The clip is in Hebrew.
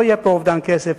לא יהיה פה אובדן כסף.